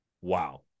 wow